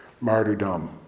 martyrdom